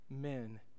men